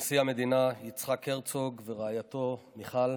כבוד נשיא המדינה יצחק הרצוג ורעייתו מיכל,